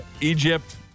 Egypt